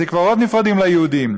בתי-קברות נפרדים ליהודים?